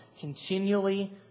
continually